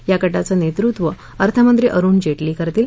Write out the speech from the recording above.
या गटाचे नेतृत्व अर्थमंत्री अरूण जेटली करतील